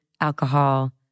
alcohol